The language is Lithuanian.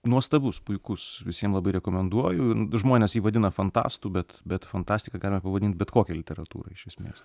nuostabus puikus visiem labai rekomenduoju žmonės jį vadina fantastu bet bet fantastika galime pavadinti bet kokią literatūrą iš esmės